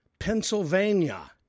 Pennsylvania